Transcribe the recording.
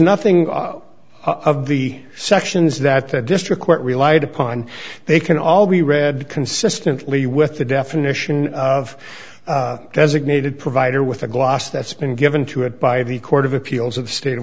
nothing of the sections that the district court relied upon they can all be read consistently with the definition of designated provider with the gloss that's been given to it by the court of appeals of the state of